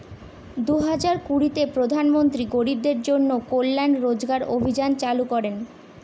দুই হাজার কুড়িতে প্রধান মন্ত্রী গরিবদের জন্য কল্যান রোজগার অভিযান চালু করেন